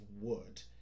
wood